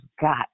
got